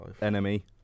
Enemy